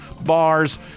bars